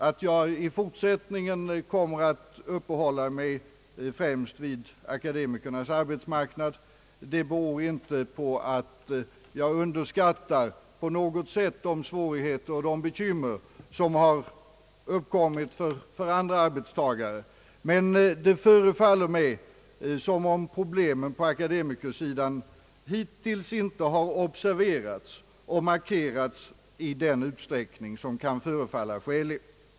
Att jag i fortsättningen kommer att uppehålla mig främst vid akademikernas arbetsmarknad beror inte på att jag skulle på något sätt underskatta de svårigheter och bekymmer som uppstått för andra arbetstagare, men det förefaller mig som om problemen på akademikersidan hittills inte har observerats och markerats i den utsträckning som kan förefalla skälig.